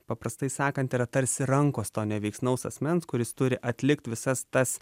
paprastai sakant yra tarsi rankos to neveiksnaus asmens kuris turi atlikt visas tas